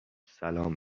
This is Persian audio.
سلام